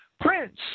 Prince